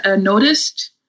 noticed